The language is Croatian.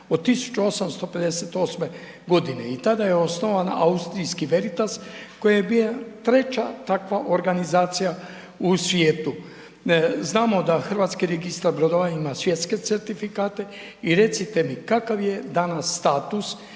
od 1858. g. i tada je osnovan austrijski Veritas koji je bio 3. takva organizacija u svijetu. Znamo da HRB ima svjetske certifikate i recite mi kakav je danas status